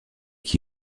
qui